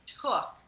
took